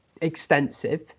extensive